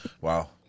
Wow